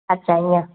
अछा ईअं